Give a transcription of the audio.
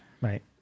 Right